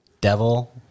devil